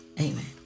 Amen